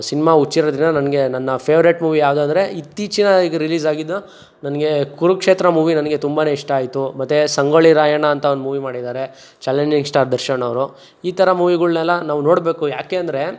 cinema ಹುಚ್ಚಿರೋದ್ರಿಂದ ನನಗೆ ನನ್ನ ಫೆವ್ರೇಟ್ ಮೂವಿ ಯಾವ್ದಂದ್ರೆ ಇತ್ತೀಚಿನ ಈಗ ರಿಲೀಸಾಗಿದ್ದು ನನಗೆ ಕುರುಕ್ಷೇತ್ರ ಮೂವಿ ನನಗೆ ತುಂಬನೇ ಇಷ್ಟ ಆಯ್ತು ಮತ್ತು ಸಂಗೊಳ್ಳಿ ರಾಯಣ್ಣ ಅಂತ ಒಂದು ಮೂವಿ ಮಾಡಿದ್ದಾರೆ ಚಾಲೆಂಜಿಂಗ್ ಸ್ಟಾರ್ ದರ್ಶನ್ ಅವರು ಈ ಥರ ಮೂವಿಗಳ್ನೆಲ್ಲ ನಾವು ನೋಡಬೇಕು ಏಕೆಂದ್ರೆ